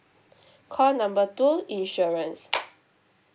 call number two insurance